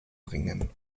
bringen